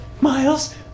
Miles